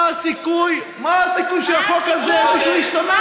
מה הסיכוי של החוק הזה שישתמשו בו?